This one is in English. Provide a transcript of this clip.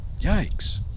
Yikes